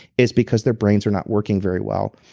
is because their brains are not working very well.